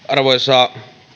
arvoisa